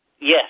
yes